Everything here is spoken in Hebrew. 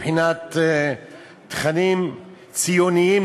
מבחינת תכנים ציוניים,